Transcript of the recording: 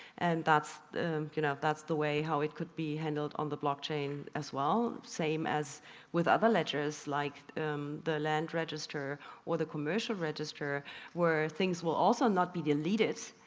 and that's you know, that's the way how it could be handled on the blockchain as well. same as with other ledgers like the land register or the commercial register where things will also not be deleted,